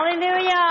Hallelujah